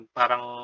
parang